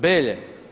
Belje?